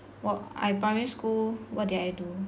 while I primary school what did I do